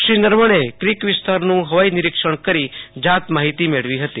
શ્રી નરવણેએ ક્રીક વિસ્તારનું હવાઈ નીરિક્ષણ કરી જાત માહિતી મેળવી હતી